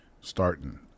starting